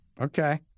Okay